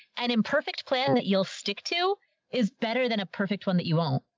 an imperfect plan that you'll stick to is better than a perfect one that you own.